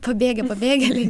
pabėgę pabėgėliai